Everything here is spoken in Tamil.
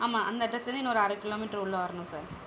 ஆமாம் அந்த அட்ரெஸ்லேயிர்ந்து இன்னொரு அரை கிலோ மீட்ரு உள்ளே வர்ணும் சார்